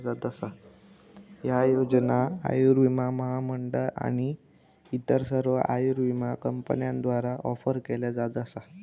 ह्या योजना आयुर्विमा महामंडळ आणि इतर सर्व आयुर्विमा कंपन्यांद्वारा ऑफर केल्या जात असा